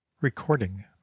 Recording